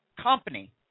company